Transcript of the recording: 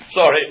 Sorry